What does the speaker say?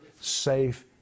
safe